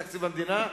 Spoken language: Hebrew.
בתקציב המדינה,